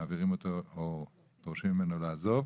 מעבירים אותו, או דורשים ממנו לעזוב.